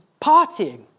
partying